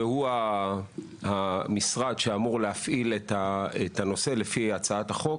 והוא המשרד שאמור להפעיל את הנושא לפי הצעת החוק,